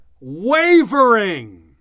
wavering